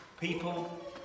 People